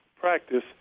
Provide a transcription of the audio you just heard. practice